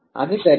அது சரியல்ல